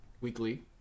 weekly